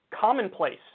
commonplace